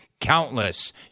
countless